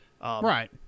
right